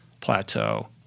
plateau